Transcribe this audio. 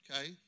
Okay